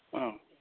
अँ